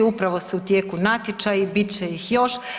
Upravo su u tijeku natječaji, bit će ih još.